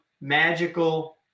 magical